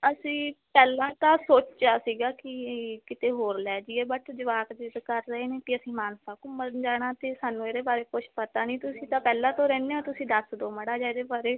ਅਸੀਂ ਪਹਿਲਾਂ ਤਾਂ ਸੋਚਿਆ ਸੀਗਾ ਕਿ ਕਿਤੇ ਹੋਰ ਲੈ ਜੀਏ ਬਟ ਜਵਾਕ ਜ਼ਿੱਦ ਕਰ ਰਹੇ ਨੇ ਕਿ ਅਸੀਂ ਮਾਨਸਾ ਘੁੰਮਣ ਜਾਣਾ ਅਤੇ ਸਾਨੂੰ ਇਹਦੇ ਬਾਰੇ ਕੁਛ ਪਤਾ ਨਹੀਂ ਤੁਸੀਂ ਤਾਂ ਪਹਿਲਾਂ ਤੋਂ ਰਹਿੰਦੇ ਹੋ ਤੁਸੀਂ ਦੱਸ ਦਿਉ ਮਾੜਾ ਜਿਹਾ ਇਹਦੇ ਬਾਰੇ